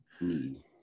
need